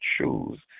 choose